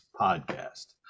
podcast